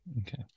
Okay